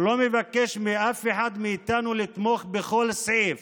הוא לא מבקש מאף אחד מאיתנו לתמוך בכל סעיף